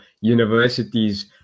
universities